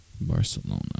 Barcelona